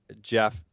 Jeff